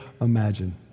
imagine